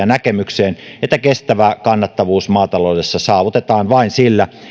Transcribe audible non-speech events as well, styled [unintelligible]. [unintelligible] näkemykseen että kestävä kannattavuus maataloudessa saavutetaan vain sillä